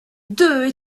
deux